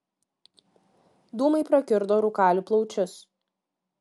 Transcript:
dūmai prakiurdo rūkalių plaučius